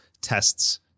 tests